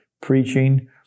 preaching